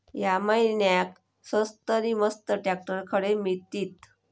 या महिन्याक स्वस्त नी मस्त ट्रॅक्टर खडे मिळतीत?